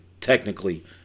technically